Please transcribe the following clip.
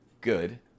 Good